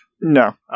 No